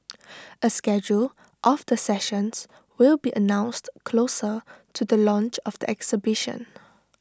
A schedule of the sessions will be announced closer to the launch of the exhibition